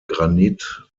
granit